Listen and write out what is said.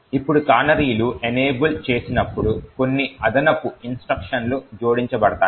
ఇప్పుడు కానరీలు ఎనేబుల్ చేసినప్పుడు కొన్ని అదనపు ఇన్స్ట్రక్షన్లు జోడించబడతాయి